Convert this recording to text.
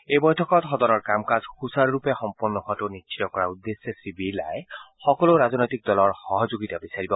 এই বৈঠকত সদনৰ কাম কাজ সূচাৰুৰূপে সম্পন্ন হোৱাটো নিশ্চিত কৰাৰ উদ্দেশ্যে শ্ৰীবিৰলাই সকলো ৰাজনৈতিক দলৰ সহযোগিতা বিচাৰিব